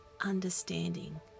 understanding